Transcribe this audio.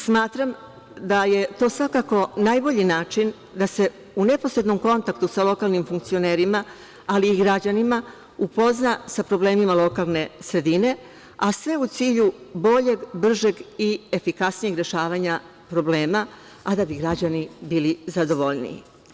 Smatram da je to svakako najbolji način da se u neposrednom kontaktu sa lokalnim funkcionerima, ali i građanima, upozna sa problemima lokalne sredine, a sve u cilju boljeg, bržeg i efikasnijeg rešavanja problema, a da bi građani bili zadovoljniji.